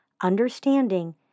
Understanding